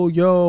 yo